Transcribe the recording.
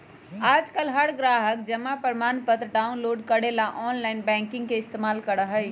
आजकल हर ग्राहक जमा प्रमाणपत्र डाउनलोड करे ला आनलाइन बैंकिंग के इस्तेमाल करा हई